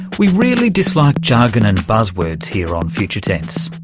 we really dislike jargon and buzzwords here on future tense.